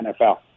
NFL